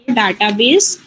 database